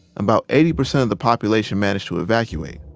about eighty percent of the population managed to evacuate.